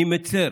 אני מצר